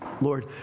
Lord